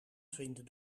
vinden